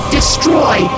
Destroy